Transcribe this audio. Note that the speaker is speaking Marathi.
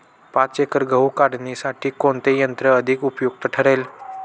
पाच एकर गहू काढणीसाठी कोणते यंत्र अधिक उपयुक्त ठरेल?